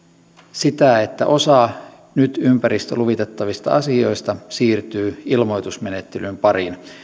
sitä että osa nyt ympäristöluvitettavista asioista siirtyy ilmoitusmenettelyn pariin